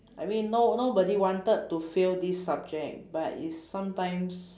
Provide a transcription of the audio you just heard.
I mean no nobody wanted to fail this subject but it's sometimes